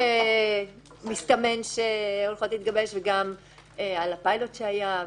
שמסתמן שהולכות להתגבש וגם על הפיילוט שהיה.